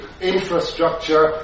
infrastructure